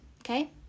okay